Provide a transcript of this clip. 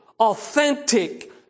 authentic